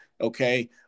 Okay